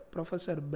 Professor